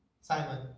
Simon